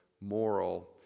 moral